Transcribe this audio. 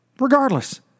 Regardless